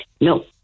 No